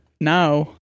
now